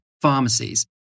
pharmacies